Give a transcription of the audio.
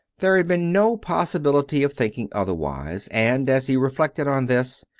there had been no possibility of thinking otherwise and, as he reflected on this,